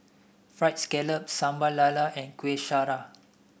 fried scallop Sambal Lala and Kuih Syara